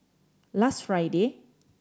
last Friday